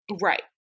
Right